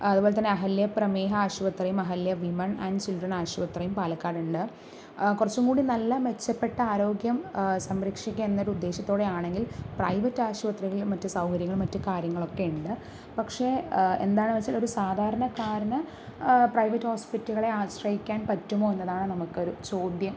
അതുപോലെ തന്നെ അഹല്യാ പ്രമേഹ ആശുപത്രിയും അഹല്യാ വിമൺ ആന്റ് ചിൽഡ്രൺ ആശുപത്രിയും പാലക്കാടുണ്ട് കുറച്ചുകൂടി നല്ല മെച്ചപ്പെട്ട ആരോഗ്യം സംരക്ഷിക്കുക എന്നൊരു ഉദ്ദേശത്തോടെ ആണെങ്കിൽ പ്രൈവറ്റ് ആശുപത്രികളിൽ മറ്റ് സൗകര്യങ്ങൾ മറ്റ് കാര്യങ്ങളൊക്കെ ഉണ്ട് പക്ഷെ എന്താണ് വച്ചാൽ ഒരു സാധാരണക്കാരന് പ്രൈവറ്റ് ഹോസ്പിറ്റലുകളെ ആശ്രയിക്കാൻ പറ്റുമോ എന്നതാണ് നമുക്കൊരു ചോദ്യം